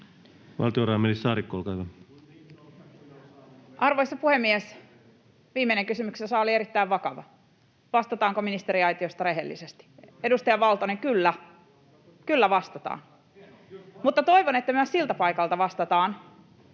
Valtiovarainministeri Saarikko, olkaa hyvä. Arvoisa puhemies! Viimeinen kysymyksen osa oli erittäin vakava: vastataanko ministeriaitiosta rehellisesti? Edustaja Valtonen, kyllä, kyllä vastataan, ja toivon, että myös siltä paikalta vastataan